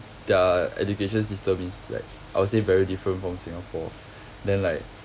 their education system is like I would say very different from singapore then like